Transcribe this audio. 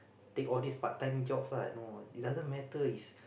take all this part time jobs lah no it doesn't matter it's